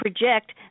project